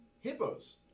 hippos